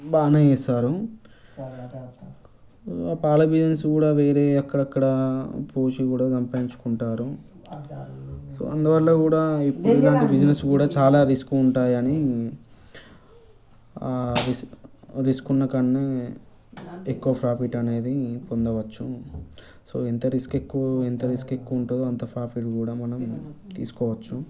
బాగానే చేస్తారు ఇక పాల బిజినెస్ కూడా వేరే అక్కడ అక్కడ పోసి కూడా సంపాదించుకుంటారు సో అందువల్ల కూడా బిజినెస్ కూడా చాలా రిస్క్ ఉంటాయి అని రిస్క్ రిస్క్ ఉన్న కాడినే ఎక్కువ ప్రాఫిట్ అనేది పొందవచ్చు సో ఎంత రిస్క్ ఎక్కువ ఎంత రిస్క్ ఎక్కువ ఉంటుందో అంత ప్రాఫిట్ కూడా మనం తీసుకోవచ్చు